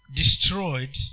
destroyed